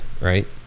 right